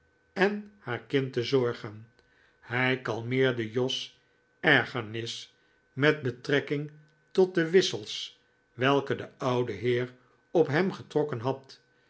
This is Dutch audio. en haar kind te zorgen hij kalmeerde jos ergernis met betrekking tot de wissels welke de oude heer op hem getrokken had